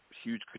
huge